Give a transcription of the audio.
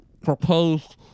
proposed